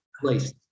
place